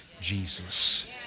Jesus